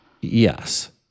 Yes